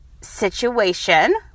situation